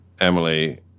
Emily